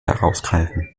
herausgreifen